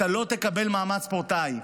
אתה לא תקבל מעמד ספורטאי.